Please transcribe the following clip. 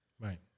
Right